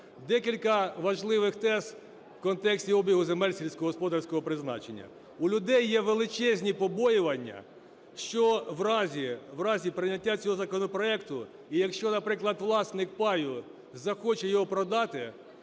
Декілька важливих тез в контексті обігу земель сільськогосподарського призначення. У людей є величезні побоювання, що в разі… в разі прийняття цього законопроекту і якщо, наприклад, власник паю захоче його продати,